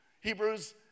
Hebrews